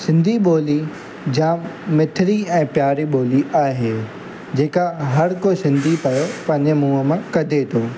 सिंधी ॿोली जाम मिठिड़ी ऐं प्यारी बोली आहे जेका हर कोई सिंधी पियो पंहिंजे मुंहुं मां कढे पियो